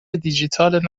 دیجیتال